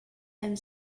and